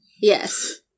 Yes